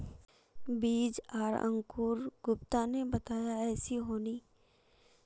बीज आर अंकूर गुप्ता ने बताया ऐसी होनी?